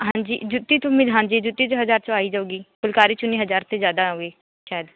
ਹਾਂਜੀ ਜੁੱਤੀ ਤੂ ਮਿਲ ਹਾਂਜੀ ਜੁੱਤੀ ਚ ਹਜ਼ਾਰ 'ਚ ਆ ਹੀ ਜਾਉਗੀ ਫੁੱਲਕਾਰੀ ਚੁੰਨੀ ਹਜ਼ਾਰ ਤੋਂ ਜ਼ਿਆਦਾ ਆਉਂਗੀ ਸ਼ਾਇਦ